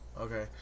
Okay